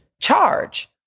charge